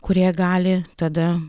kurie gali tada